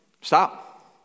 Stop